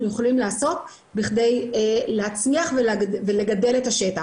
יכולים לעשות בשביל להצליח ולגדל את השטח.